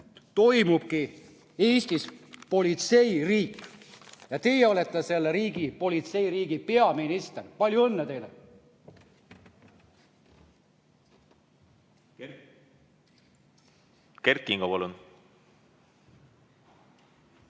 toimibki Eestis politseiriik ja teie olete selle riigi, politseiriigi peaminister. Palju õnne teile! Lugupeetud